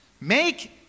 make